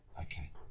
okay